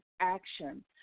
action